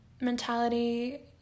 mentality